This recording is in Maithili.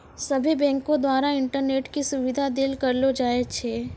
सभ्भे बैंको द्वारा इंटरनेट के सुविधा देल करलो जाय छै